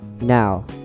Now